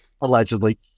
Allegedly